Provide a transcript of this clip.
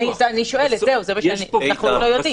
אני שואלת, אנחנו עוד לא יודעים.